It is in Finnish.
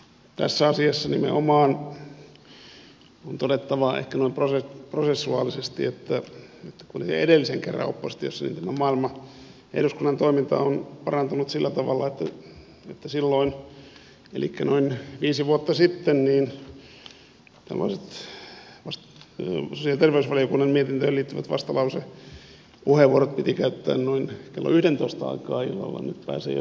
tässä asiassa nimenomaan on todettava ehkä noin prosessuaalisesti että siitä kun olin edellisen kerran oppositiossa tämä maailma eduskunnan toiminta on parantunut sillä tavalla että silloin elikkä noin viisi vuotta sitten tämmöiset sosiaali ja terveysvaliokunnan mietintöihin liittyvät vastalausepuheenvuorot piti käyttää noin kello yhdentoista aikaan illalla nyt pääsee jo seitsemältä puhumaan